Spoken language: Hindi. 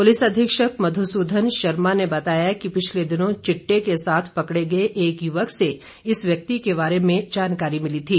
पुलिस अधीक्षक मधुसूदन शर्मा ने बताया कि पिछले दिनों चिट्टे के साथ पकड़े गए एक युवक से इस व्यक्ति के बारे में जानकारी मिली थी